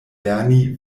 lerni